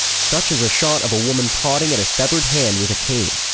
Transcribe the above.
such as a shot of a woman prodding at a severed hand with a cane,